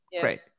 Great